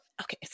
okay